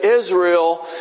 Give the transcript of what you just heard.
Israel